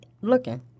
looking